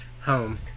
home